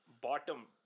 bottom